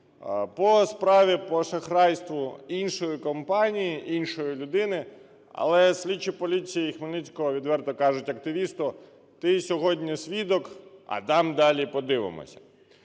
по справі по шахрайству іншої компанії, іншої людини. Але слідчі поліції Хмельницького відверто кажуть активісту: "Ти сьогодні свідок, а там далі подивимося".